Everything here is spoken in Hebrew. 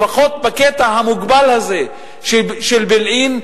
לפחות בקטע המוגבל הזה של בילעין,